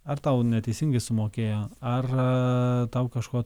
ar tau neteisingai sumokėjo ar tau kažko